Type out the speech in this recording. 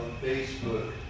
Facebook